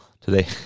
today